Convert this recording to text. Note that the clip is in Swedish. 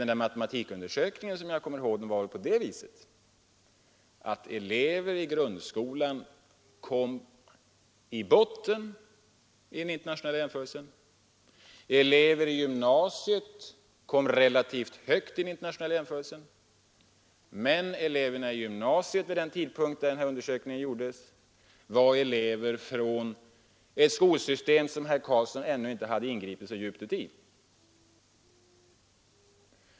Nej, med matematikundersökningen var det väl på det viset att elever i grundskolan kom i botten vid den internationella jämförelsen medan elever i gymnasiet kom relativt högt. Men eleverna i gymnasiet vid den tidpunkt när undersökningen gjordes var elever från ett skolsystem som herr Carlsson ännu inte hade ingripit så djupt i.